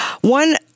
One